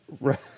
right